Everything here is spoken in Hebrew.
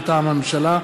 מטעם הממשלה: